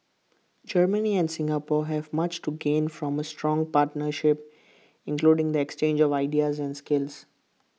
Germany and Singapore have much to gain from A strong partnership including the exchange of ideas and skills